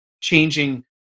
changing